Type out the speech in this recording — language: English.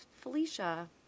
Felicia